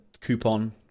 coupon